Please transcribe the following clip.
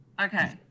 Okay